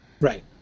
Right